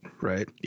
right